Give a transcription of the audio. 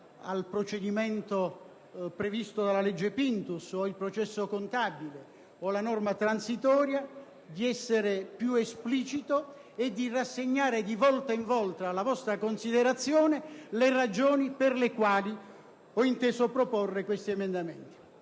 al procedimento previsto dalla legge Pinto o il processo contabile o la norma transitoria, di essere più esplicito e di rassegnare di volta in volta alla vostra considerazione le ragioni per le quali ho inteso proporre questi emendamenti.